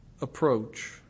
approach